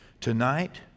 tonight